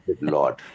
Lord